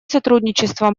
сотрудничество